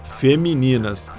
femininas